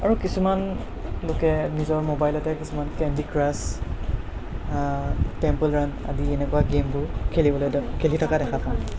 আৰু কিছুমান লোকে নিজৰ ম'বাইলতে কিছুমান কেণ্ডী ক্ৰাছ টেম্পল গ্ৰাউণ্ড আদি এনেকুৱা গেমবোৰ খেলিবলৈ খেলি থকা দেখা পাওঁ